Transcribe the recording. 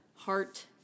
Heart